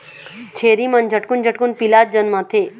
छेरी मन झटकुन झटकुन पीला जनमाथे